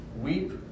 Weep